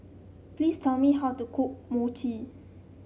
please tell me how to cook Mochi